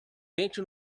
tente